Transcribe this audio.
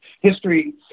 History